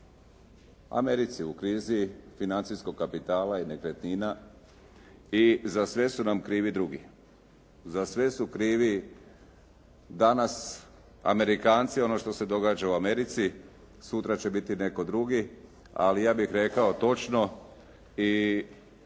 Americi u krizi financijskog kapitala i nekretnina i za sve su nam krivi drugi. Za sve su krivi danas Amerikanci ono što se događa u Americi, sutra će biti netko drugi, ali ja bih rekao točno i